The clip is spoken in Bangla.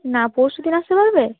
না পরশু দিন আসতে পারবে